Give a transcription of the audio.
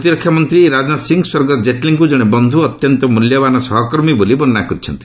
ପ୍ରତିରକ୍ଷାମନ୍ତ୍ରୀ ରାଜନାଥ ସିଂ ସ୍ୱର୍ଗତ ଜେଟ୍ଲୀଙ୍କୁ ଜଣେ ବନ୍ଧୁ ଓ ଅତ୍ୟନ୍ତ ମୂଲ୍ୟବାନ ସହକର୍ମୀ ବୋଲି ବର୍ଷ୍ଣନା କରିଛନ୍ତି